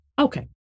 Okay